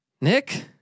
Nick